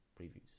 previews